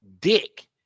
dick